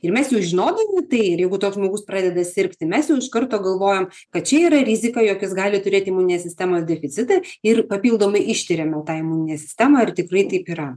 ir mes jau žinodami tai ir jeigu toks žmogus pradeda sirgti mes jau iš karto galvojam kad čia yra rizika jog jis gali turėti imuninės sistemos deficitą ir papildomai ištiriame tą imuninę sistemą ar tikrai taip yra